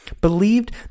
believed